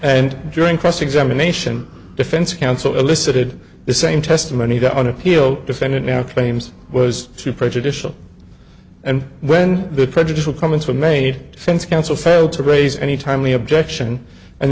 and during cross examination defense counsel elicited the same testimony that on appeal defendant now claims was too prejudicial and when the prejudicial comments were made sense counsel failed to raise any timely objection and